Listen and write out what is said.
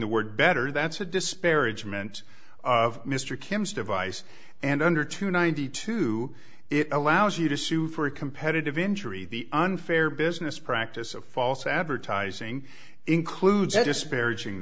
the word better that's a disparagement of mr kim's device and under two ninety two it allows you to sue for a competitive injury the unfair business practice of false advertising includes a disparaging